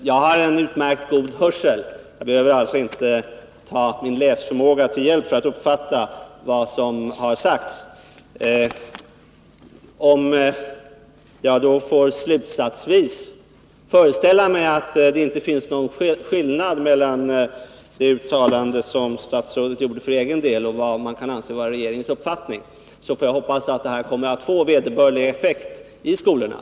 Herr talman! Jag har en god hörsel och behöver alltså inte ta min läsförmåga till hjälp för att uppfatta vad som har sagts. Om jag avslutningsvis får föreställa mig att det inte finns någon skillnad mellan det uttalande som statsrådet gjorde för egen del och vad man kan anse vara regeringens uppfattning, hoppas jag att detta kommer att få vederbörlig effekt i skolorna.